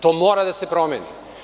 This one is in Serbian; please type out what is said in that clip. To mora da se promeni.